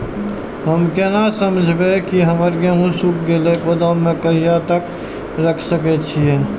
हम केना समझबे की हमर गेहूं सुख गले गोदाम में कहिया तक रख सके छिये?